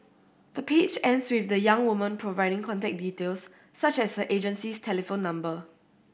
the page ends with the young woman providing contact details such as her agency's telephone number